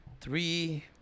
three